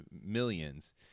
millions